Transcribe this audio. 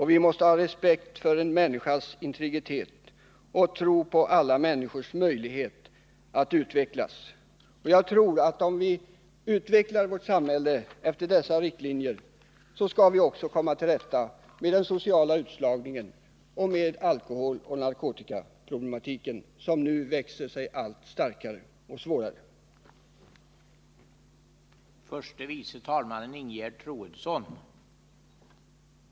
Vi måste ha respekt för en människas integritet och tro på alla människors möjlighet att utvecklas. Jag tror att om vi utvecklar vårt samhälle efter dessa riktlinjer skall vi också komma till rätta med den sociala utslagningen och med alkoholoch narkotikaproblematiken, som nu växer sig allt starkare och blir allt svårare.